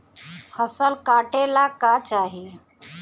फसल काटेला का चाही?